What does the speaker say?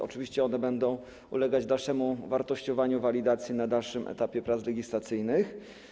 Oczywiście one będą ulegać dalszemu wartościowaniu, walidacji na dalszym etapie prac legislacyjnych.